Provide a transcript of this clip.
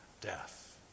death